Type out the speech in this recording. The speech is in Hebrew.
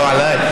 לא עליי.